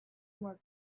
more